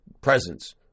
presence